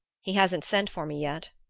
he hasn't sent for me yet!